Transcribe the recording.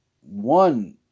one